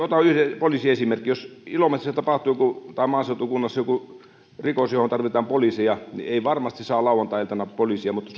otan yhden poliisiesimerkin jos maaseutukunnassa tapahtuu joku rikos johon tarvitaan poliiseja niin ei varmasti saa lauantai iltana poliisia mutta